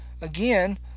Again